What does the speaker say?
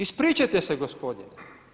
Ispričajte se gospodine.